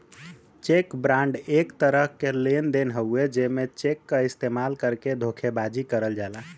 check fraud एक तरह क लेन देन हउवे जेमे चेक क इस्तेमाल करके धोखेबाजी करल जाला